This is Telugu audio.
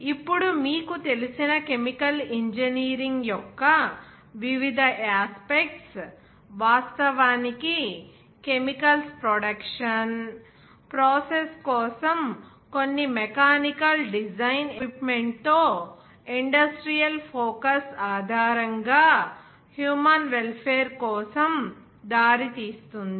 ఇప్పుడు మీకు తెలిసిన కెమికల్ ఇంజనీరింగ్ యొక్క వివిధ యాస్పెక్ట్స్ వాస్తవానికి కెమికల్స్ ప్రొడక్షన్ ప్రాసెస్ కోసం కొన్ని మెకానికల్ డిజైన్ ఎక్విప్మెంట్ తో ఇండస్ట్రియల్ ఫోకస్ ఆధారంగా హ్యూమన్ వెల్ఫేర్ కోసం దారితీస్తుంది